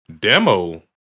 demo